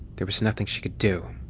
there was nothing she could do.